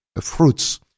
fruits